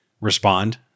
respond